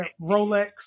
Rolex